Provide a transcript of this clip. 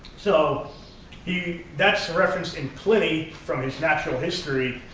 so the that's referenced in pliny from his natural history,